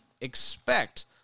expect